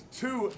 two